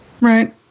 Right